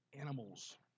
animals